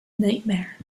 nightmare